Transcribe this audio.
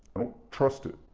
trust it.